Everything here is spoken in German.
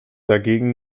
dagegen